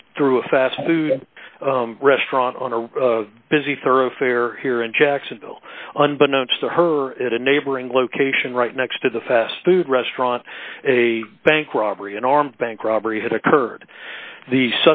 them through a fast food restaurant on a busy thoroughfare here in jacksonville unbeknown to her at a neighboring location right next to the fast food restaurant a bank robbery an armed bank robbery had occurred the